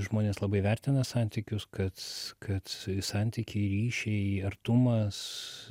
žmonės labai vertina santykius kad kad santykiai ryšiai artumas